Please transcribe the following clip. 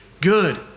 good